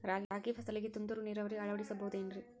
ರಾಗಿ ಫಸಲಿಗೆ ತುಂತುರು ನೇರಾವರಿ ಅಳವಡಿಸಬಹುದೇನ್ರಿ?